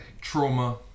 trauma